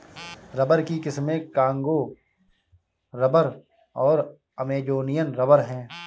rubber की किस्में Congo rubber और अमेजोनियन रबर हैं